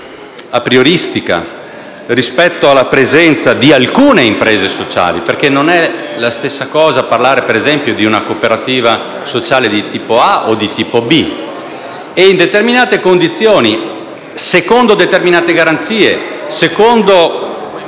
aprioristica rispetto alla presenza di alcune imprese sociali. Non è la stessa cosa parlare, ad esempio, di una cooperativa sociale di tipo A o di tipo B e in determinate condizioni, secondo determinate garanzie e secondo